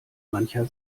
mancher